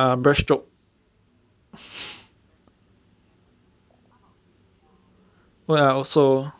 err breast stroke well also